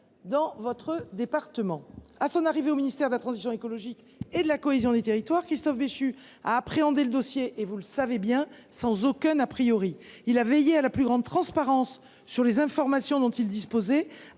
de votre département. À son arrivée au ministère de la transition écologique et de la cohésion des territoires, Christophe Béchu s’est saisi du dossier sans aucun. Il a veillé à la plus grande transparence sur les informations dont il disposait